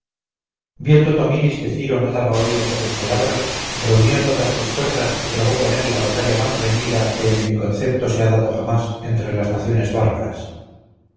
viendo tomiris que ciro no daba oídos a sus palabras reunió todas sus fuerzas y trabó con él la batalla más reñida que en mi concepto se ha dado jamás entre las naciones bárbaras